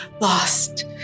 lost